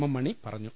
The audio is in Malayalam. എം മണി പറ ഞ്ഞു